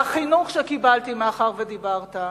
והחינוך שקיבלתי, מאחר שדיברת,